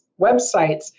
websites